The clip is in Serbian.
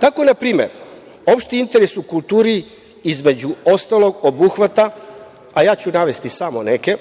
Tako na primer, opšti interes u kulturi između ostalog, obuhvata, a ja ću navesti samo neke,